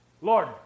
Lord